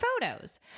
photos